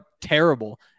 terrible